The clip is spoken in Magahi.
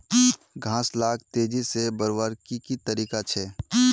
घास लाक तेजी से बढ़वार की की तरीका छे?